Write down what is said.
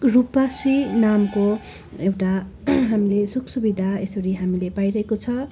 रुपाश्री नामको एउटा हामीले सुख सुविधा यसरी हामीले पाइरहेको छ